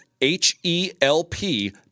H-E-L-P